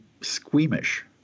squeamish